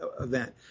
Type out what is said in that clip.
event